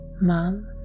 month